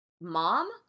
mom